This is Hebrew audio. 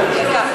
בבקשה.